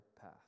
path